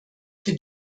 für